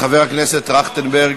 חבר הכנסת טרכטנברג,